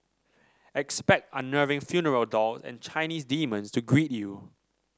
expect unnerving funeral doll and Chinese demons to greet you